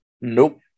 Nope